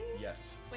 Yes